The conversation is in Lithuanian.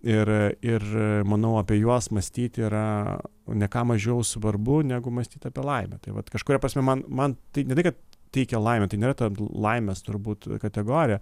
ir ir manau apie juos mąstyti yra ne ką mažiau svarbu negu mąstyti apie laimę tai vat kažkuria prasme man man tai ne tai kad teikia laimę tai nėra laimės turbūt kategorija